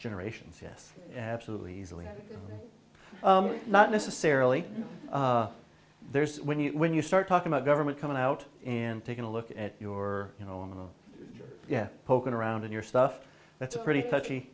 generations yes absolutely easily not necessarily there's when you when you start talking about government coming out in taking a look at your you know and yeah poking around in your stuff that's a pretty touchy